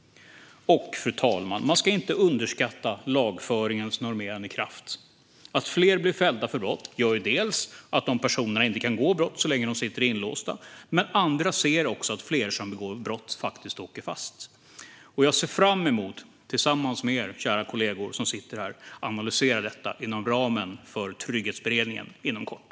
Fru talman! Man ska inte underskatta lagföringens normerande kraft. Att fler blir fällda för brott gör att de personerna inte kan begå brott så länge de sitter inlåsta. Men det är också så att andra ser att fler som begår brott åker fast. Jag ser fram emot att tillsammans med er, kära kollegor som sitter här, analysera detta inom ramen för trygghetsberedningen inom kort.